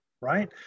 right